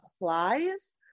applies